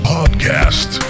Podcast